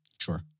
Sure